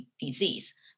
disease